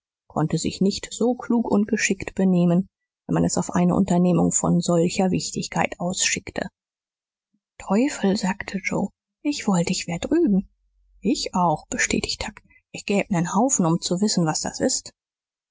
konnte sich nicht so klug und geschickt benehmen wenn man es auf eine unternehmung von solcher wichtigkeit ausschickte teufel sagte joe ich wollt ich wär drüben ich auch bestätigte huck ich gäb nen haufen um zu wissen was das ist